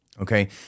Okay